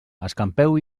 escampeu